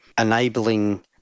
enabling